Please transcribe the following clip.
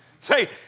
Say